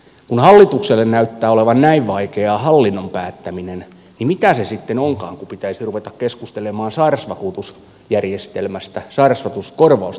kun hallitukselle näyttää olevan näin vaikeaa hallinnosta päättäminen niin mitä se sitten onkaan kun pitäisi ruveta keskustelemaan sairausvakuutusjärjestelmästä sairausvakuuskorvausten tulevaisuudesta